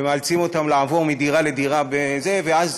ומאלצים אותם לעבור מדירה לדירה, ואז